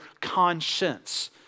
conscience